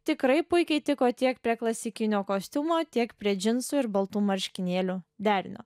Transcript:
tikrai puikiai tiko tiek prie klasikinio kostiumo tiek prie džinsų ir baltų marškinėlių derinio